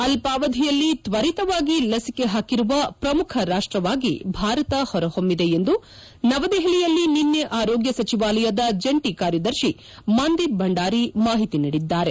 ಅಲ್ವಾವಧಿಯಲ್ಲಿ ತ್ತರಿತವಾಗಿ ಲಸಿಕೆ ಹಾಕಿರುವ ಪ್ರಮುಖ ರಾಷ್ಲವಾಗಿ ಭಾರತ ಹೊರಹೊಮ್ನಿದೆ ಎಂದು ನವದೆಹಲಿಯಲ್ಲಿ ನಿನ್ನೆ ಆರೋಗ್ಯ ಸಚಿವಾಲಯದ ಜಂಟಿ ಕಾರ್ಯದರ್ಶಿ ಮಂದೀಪ್ ಭಂಡಾರಿ ಮಾಹಿತಿ ನೀಡಿದರು